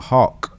Hawk